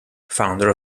founder